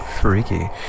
Freaky